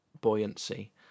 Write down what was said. buoyancy